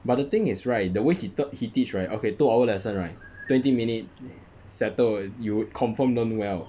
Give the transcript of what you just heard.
but the thing is right the way he tau~ he teach right okay two hour lesson right twenty minute settled you confirmed learn well